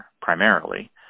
primarily